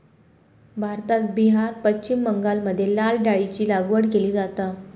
भारतात बिहार, पश्चिम बंगालमध्ये लाल डाळीची लागवड केली जाता